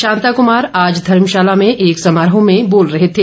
शांता कुमार आज धर्मशाला में एक समारोह में बोल रहे थे